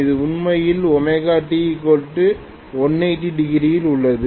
இது உண்மையில் ωt180°இல் உள்ளது